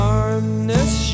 Harness